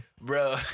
Bro